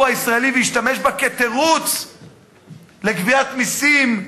הישראלי וישתמש בה כתירוץ לגביית מסים,